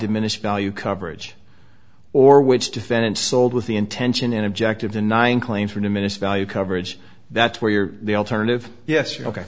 diminished value coverage or which defendant sold with the intention an object of denying claims for diminished value coverage that's where you're the alternative yes you're ok